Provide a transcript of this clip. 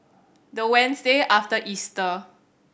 the Wednesday after Easter